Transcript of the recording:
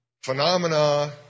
phenomena